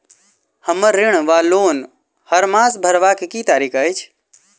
हम्मर ऋण वा लोन हरमास भरवाक की तारीख अछि?